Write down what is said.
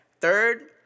Third